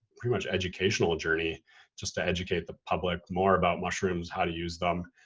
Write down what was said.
pretty much educational journey just to educate the public more about mushrooms, how to use them.